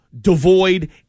Devoid